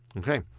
okay.